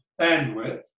bandwidth